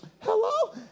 hello